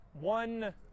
one